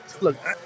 Look